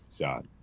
shot